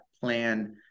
plan